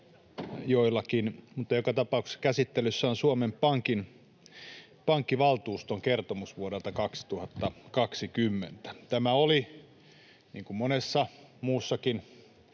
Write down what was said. joka tapauksessa käsittelyssä — Suomen Pankin pankkivaltuuston kertomus vuodelta 2020. Tämä oli, niin kuin monessa muussakin